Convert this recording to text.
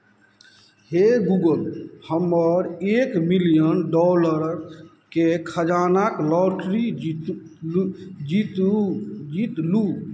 हे गूगल हमर एक मिलियन डॉलरके खजानाक लॉटरी जीतलहुँ जीतू जीतलहुँ